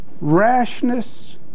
Rashness